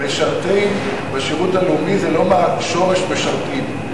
משרתים בשירות לאומי זה לא מהשורש "משרתים".